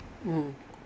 mm